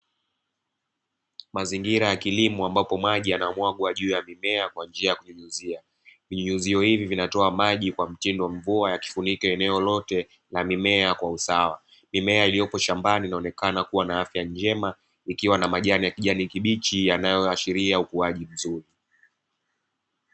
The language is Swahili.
Mazingira ya kilimo ambapo maji yanamwagwa juu ya mimea kwa njia ya kunyunyuzia. Vinyunyuzio hivi vinatoa maji kwa mtindo mvua yakifunika eneo lote la mimea kwa usawa. Mimea iliyopo shambani inaonekana kuwa na afya njema, ikiwa na majani kibichi yanayoashiria ukuaji mzuri.